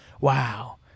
wow